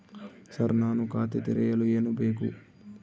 Sir ನಾನು ಖಾತೆ ತೆರೆಯಲು ಏನು ಬೇಕು?